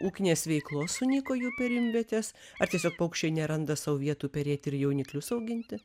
ūkinės veiklos sunyko jų perimvietes ar tiesiog paukščiai neranda sau vietų perėti ir jauniklius auginti